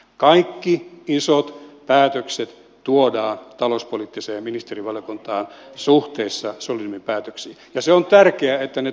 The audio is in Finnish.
kaikki isot päätökset suhteessa solidiumin päätöksiin tuodaan talouspoliittiseen ministerivaliokuntaan ja se on tärkeää että ne tuodaan